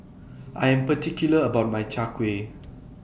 I'm particular about My Chai Kueh